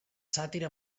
sàtir